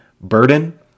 burden